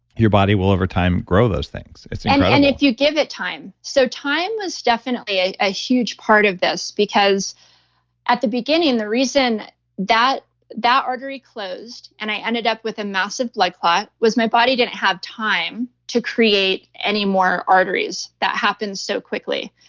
your body will over time grow those things. it's incredible and if you give it time. so time was definitely a a huge part of this because at the beginning, and the reason that that artery closed and i ended up with a massive blood clot was my body didn't have time to create any more arteries. that happens so quickly.